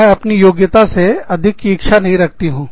मैं अपनी योग्यता से अधिक की इच्छा नहीं रखती हूँ